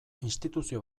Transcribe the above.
instituzio